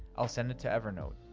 i'll send it to evernote.